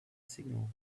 signal